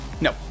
No